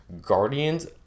Guardians